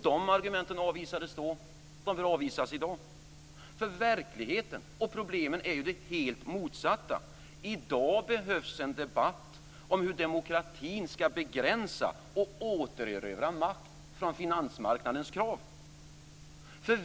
De argumenten avvisades då. De bör avvisas i dag. Verkligheten och problemen är de helt motsatta. I dag behövs en debatt om hur demokratin skall begränsa och återerövra makt från finansmarknadens krav.